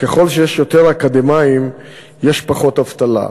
ככל שיש יותר אקדמאים יש פחות אבטלה.